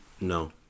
No